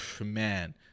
Man